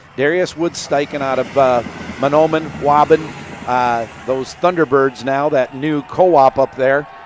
darius woods-steichen out of mahnomen waubun those thunderbirds now, that new co-op up there,